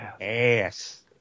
ass